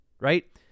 right